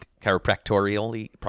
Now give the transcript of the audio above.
Chiropractorially